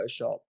Photoshop